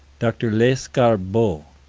dr. lescarbault,